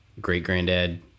great-granddad